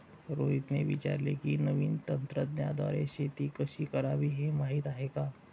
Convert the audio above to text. रोहितने विचारले की, नवीन तंत्राद्वारे शेती कशी करावी, हे माहीत आहे का?